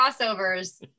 crossovers